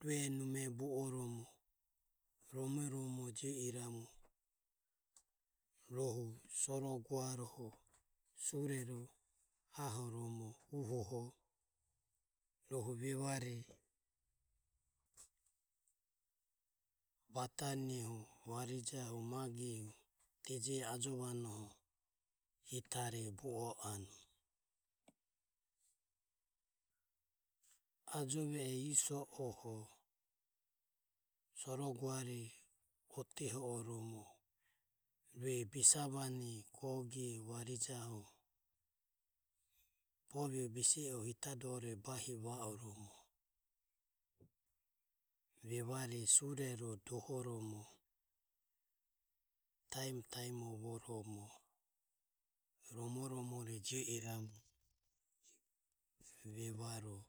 rue nume bu oromo romoromore jio iramu rohu vevare soro guare uhoho ahoromo batane, varija. magehu. deje ajovanoho hitare bu o anue, ajove e iae so oho soro guare oteho romo rue bisa vane gogiho, varijaho bovie bise e hitae dore bahi va oromo vevare surero dohoromo taimo taimo voromo romo romore jio iramu vevaro.